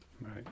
Right